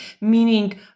meaning